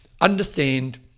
understand